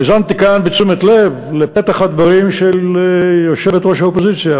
האזנתי כאן בתשומת לב לפתח הדברים של יושבת-ראש האופוזיציה,